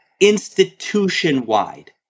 institution-wide